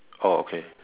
oh okay